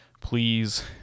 please